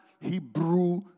Hebrew